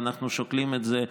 ואנחנו שוקלים את זה,